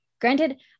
Granted